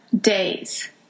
days